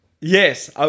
Yes